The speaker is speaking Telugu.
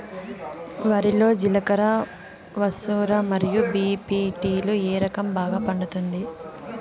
వరి లో జిలకర మసూర మరియు బీ.పీ.టీ లు ఏ రకం బాగా పండుతుంది